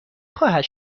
خواهد